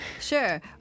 Sure